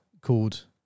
called